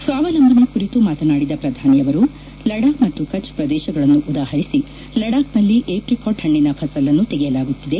ಸ್ವಾವಲಂಬನೆ ಕುರಿತು ಮಾತನಾಡಿದ ಪ್ರಧಾನಿ ಅವರು ಲಡಾಕ್ ಮತ್ತು ಕಛ್ ಪ್ರದೇಶಗಳನ್ನು ಉದಾಹರಿಸಿ ಲಡಾಕ್ನಲ್ಲಿ ಏಪ್ರಿಕಾಟ್ ಹಣ್ಣಿನ ಫಸಲನ್ನು ತೆಗೆಯಲಾಗುತ್ತಿದೆ